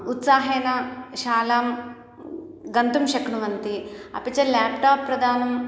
उत्साहेन शालां गन्तुं शक्नुवन्ति अपि च ल्याप्टाप् प्रदानम्